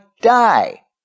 die